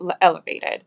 elevated